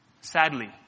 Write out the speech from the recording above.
sadly